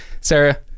sarah